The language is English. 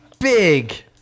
big